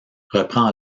reprend